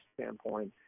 standpoint